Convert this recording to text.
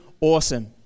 awesome